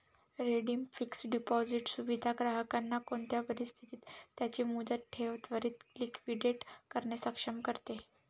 redeemed fixed deposit सुविधा ग्राहकांना कोणते परिस्थितीत त्यांची मुदत ठेव त्वरीत लिक्विडेट करणे सक्षम करते